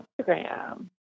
Instagram